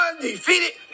undefeated